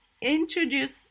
introduce